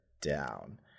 down